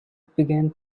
began